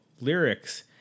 lyrics